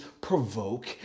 provoke